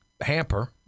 hamper